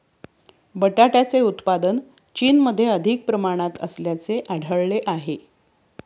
बटाट्याचे उत्पादन चीनमध्ये अधिक प्रमाणात असल्याचे आढळले आहे